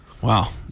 Wow